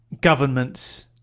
governments